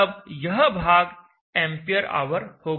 तब यह भाग एंपियर पावर होगा